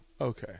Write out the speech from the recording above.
okay